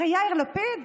הרי יאיר לפיד,